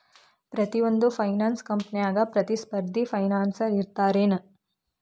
ಪ್ರತಿಯೊಂದ್ ಫೈನಾನ್ಸ ಕಂಪ್ನ್ಯಾಗ ಪ್ರತಿಸ್ಪರ್ಧಿ ಫೈನಾನ್ಸರ್ ಇರ್ತಾರೆನು?